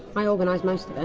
i organised most of it.